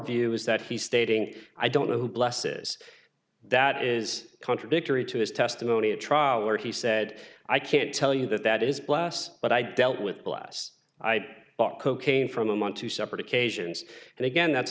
view is that he's stating i don't know who blesses that is contradictory to his testimony a trial where he said i can't tell you that that is bless but i dealt with last i parked cocaine from him on two separate occasions and again that's